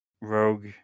Rogue